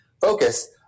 focus